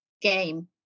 game